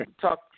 talk